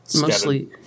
mostly